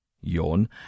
yawn